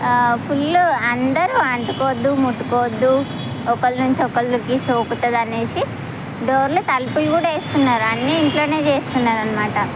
full అందరూ అంటుకోవద్దు ముట్టుకోవద్దు ఒకరి నుంచి ఒకరికి సోకుతుందనేసి డోర్లు తలుపులు కూడా వేసుకున్నరు అన్ని ఇంట్లోనే చేసుకున్నరనమాట